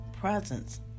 presence